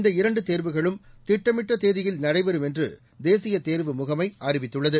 இந்த இரண்டு தேர்வுகளும் திட்டமிட்ட தேதியில் நடைபெறும் என்று தேசிய தேர்வு முகமை அறிவித்துள்ளது